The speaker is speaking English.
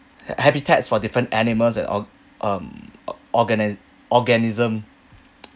habitats for different animals and org~ um organi~ organism